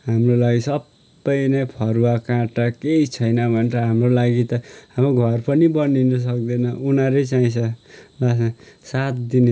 हाम्रो लागि सबै नै फरुवा काँटा केही छैन भने त हाम्रो लागि त हाम्रो घर पनि बनिनु सक्दैन उनीहरू नै चाहिन्छ लास्टमा साथ दिने